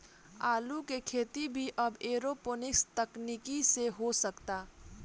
आलू के खेती भी अब एरोपोनिक्स तकनीकी से हो सकता